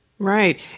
Right